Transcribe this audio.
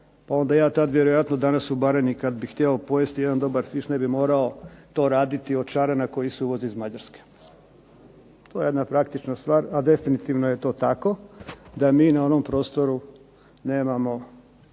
pa onda ja tad vjerojatno danas u Baranji kad bih htio pojesti jedan dobar fisch ne bih morao to raditi od šarana koji se uvozi iz Mađarske. To je jedna praktična stvar, a definitivno je to tako da mi na onom prostoru nemamo